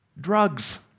Drugs